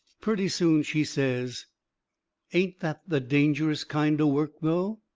purty soon she says ain't that the dangerous kind o' work, though!